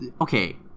okay